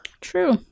true